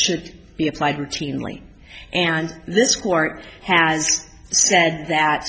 should be applied routinely and this court has said that